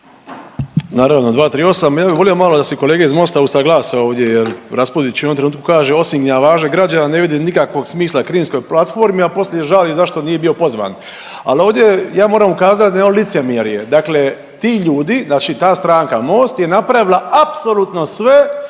Naravno 238., ja bi volio malo da se kolege iz Mosta usaglasa ovdje jer Raspudić u jednom trenutku kaže osim gnjavaže građana ne vidim nikakvog smisla Krimskoj platformi, a poslije žali zašto nije bio pozvan. Al ovdje ja moram ukazat na jedno licemjerje, dakle ti ljudi, znači ta stranka Most je napravila apsolutno sve